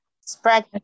Spread